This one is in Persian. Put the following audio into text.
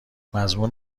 مضمون